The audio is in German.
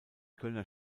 kölner